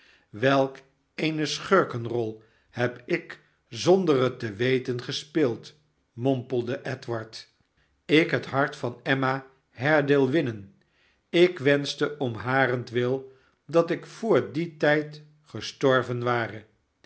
welk eene schurkenrol heb ik zonder het te weten gespeeld mompelde edward ik het hart van emma haredale winnen ik wenschte om harentwil dat ik vr dien tijd gestorven ware